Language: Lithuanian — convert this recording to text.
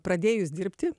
pradėjus dirbti